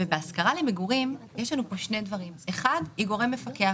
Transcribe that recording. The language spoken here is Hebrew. בהשכרה למגורים יש לנו כאן שני דברים כאשר האחד הוא שהיא גורם מפקח.